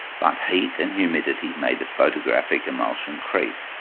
but heat and humidity made the photographic emulsion creep.